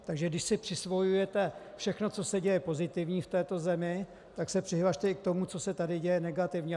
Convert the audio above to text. Takže když si přisvojujete všechno, co se děje pozitivního v této zemi, tak se přihlaste i k tomu, co se tady děje negativního.